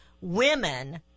women